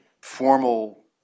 formal